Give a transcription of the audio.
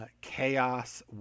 chaos